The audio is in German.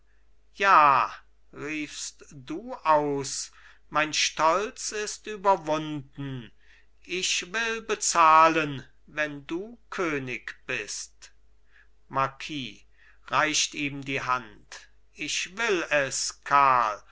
ja riefst du aus mein stolz ist überwunden ich will bezahlen wenn du könig bist marquis reicht ihm die hand ich will es karl